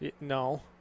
No